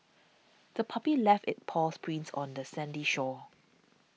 the puppy left its paw prints on the sandy shore